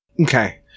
Okay